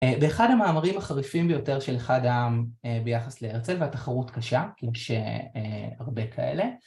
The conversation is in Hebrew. באחד המאמרים החריפים ביותר של אחד העם ביחס להרצל והתחרות קשה, כי יש הרבה כאלה